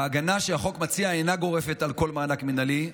ההגנה שהחוק מציע אינה גורפת על כל מענק מינהלי,